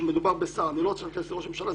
כשמדובר בשר אני לא רוצה להיכנס עכשיו לראש ממשלה,